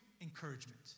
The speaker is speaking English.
encouragement